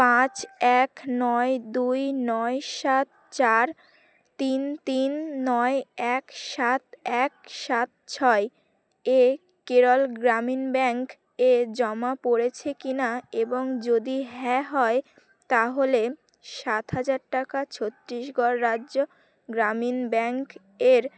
পাঁচ এক নয় দুই নয় সাত চার তিন তিন নয় এক সাত এক সাত ছয় এ কেরল গ্রামীণ ব্যাংক এ জমা পড়েছে কি নাা এবং যদি হ্যা হয় তাহলে সাত হাজার টাকা ছত্তিশগড় রাজ্য গ্রামীণ ব্যাংক এর